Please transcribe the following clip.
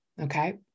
Okay